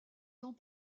tant